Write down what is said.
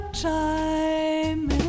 time